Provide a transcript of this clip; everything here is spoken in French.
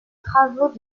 travaux